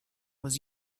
was